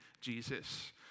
Jesus